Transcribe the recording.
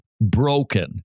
broken